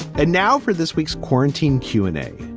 and now for this week's quarantine q and a,